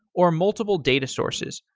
or multiple data sources.